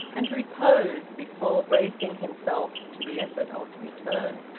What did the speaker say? and repose before bracing himself to the effort of return.